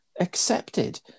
accepted